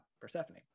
Persephone